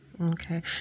Okay